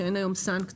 שאין היום סנקציות.